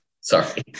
Sorry